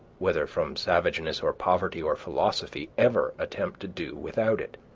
whether from savageness, or poverty, or philosophy, ever attempt to do without it.